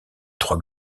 trois